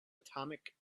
atomic